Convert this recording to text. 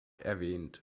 erwähnt